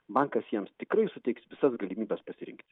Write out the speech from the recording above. bankas jiems tikrai suteiks visas galimybes pasirinkti